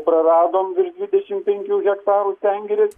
praradom virš dvidešimt penkių hektarų sengirės